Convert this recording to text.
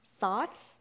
thoughts